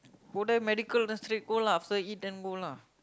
go there medical then straight go lah after eat then go lah